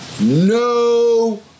No